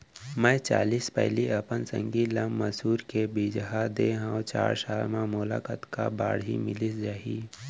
मैं चालीस पैली अपन संगी ल मसूर के बीजहा दे हव चार साल म मोला कतका बाड़ही मिलिस जाही?